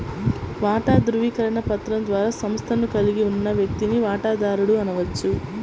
వాటా ధృవీకరణ పత్రం ద్వారా సంస్థను కలిగి ఉన్న వ్యక్తిని వాటాదారుడు అనవచ్చు